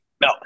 no